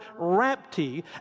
rapti